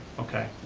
okay,